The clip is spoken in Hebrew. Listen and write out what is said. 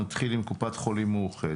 נתחיל עם קופת חולים מאוחדת.